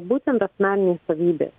būtent asmeninės savybės